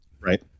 Right